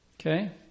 Okay